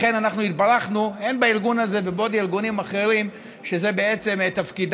לכן אנחנו התברכנו הן בארגון הזה והן בארגונים אחרים שזה תפקידם.